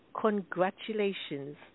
congratulations